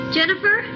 Jennifer